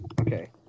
Okay